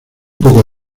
poco